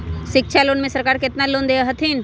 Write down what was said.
शिक्षा लोन में सरकार केतना लोन दे हथिन?